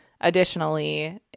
additionally